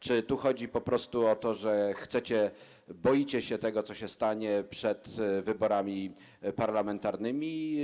Czy tu chodzi po prostu o to, że boicie się tego, co się stanie przed wyborami parlamentarnymi?